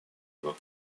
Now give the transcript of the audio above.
его